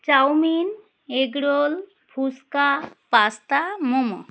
chowmein egg roll phuchka pasta momo